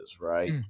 Right